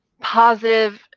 positive